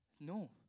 No